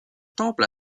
temple